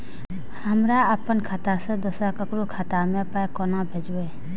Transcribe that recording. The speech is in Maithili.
हमरा आपन खाता से दोसर ककरो खाता मे पाय कोना भेजबै?